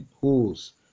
holes